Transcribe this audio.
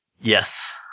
Yes